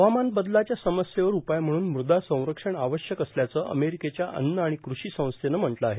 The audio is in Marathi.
हवामान बदलाच्या समस्येवर उपाय म्हणून मुदा संरक्षण आवश्यक असल्याचं अमेरिकेच्या अन्न आणि कृषी संस्थेनं म्हटलं आहे